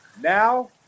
Now